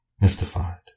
mystified